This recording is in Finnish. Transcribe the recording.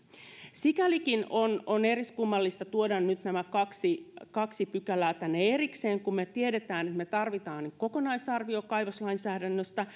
sikälikin on on eriskummallista tuoda nyt nämä kaksi kaksi pykälää tänne erikseen kun me tiedämme että me tarvitsemme kokonaisarvion kaivoslainsäädännöstä